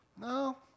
No